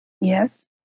Yes